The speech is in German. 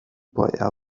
bei